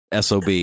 SOB